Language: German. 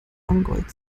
mangold